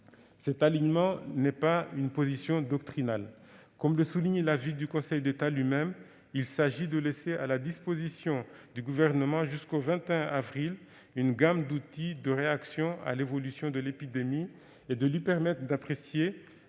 Cet alignement n'est pas une position doctrinale. Comme le souligne l'avis du Conseil d'État lui-même, il s'agit de laisser à la disposition du Gouvernement jusqu'au 21 avril une gamme d'outils de réaction à l'évolution de l'épidémie, et de lui permettre d'apprécier, à la lumière d'une